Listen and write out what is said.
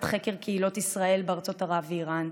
חקר קהילות ישראל בארצות ערב ואיראן,